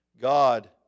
God